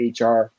HR